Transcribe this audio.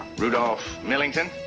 rudolph millington.